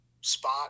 spot